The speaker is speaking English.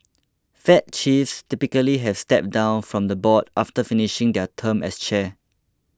fed chiefs typically have stepped down from the board after finishing their term as chair